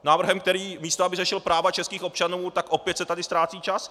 S návrhem, místo aby řešil práva českých občanů, tak opět se tady ztrácí čas.